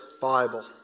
Bible